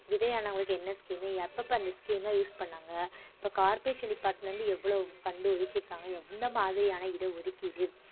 விதவை ஆனவர்களுக்கு என்ன ஸ்கீமு எப்பப்போ அந்த ஸ்கீமெலாம் யூஸ் பண்ணுறாங்க இப்போ கார்ப்ரேஷன் டிப்பார்ட்மெண்ட்லருந்து எவ்வளோ ஃபண்டு ஒதுக்கிருக்காங்கள் எந்தமாதிரியான இட ஒதுக்கீடு